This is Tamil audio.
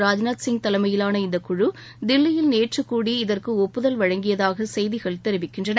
ராஜ்நாத் சிங் தலைமையிலான இந்தக்குழு தில்லியில் நேற்று கூடி இதற்கு ஒப்புதல் வழங்கியதாக செய்திகள் தெரிவிக்கின்றன